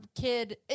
kid